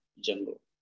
jungle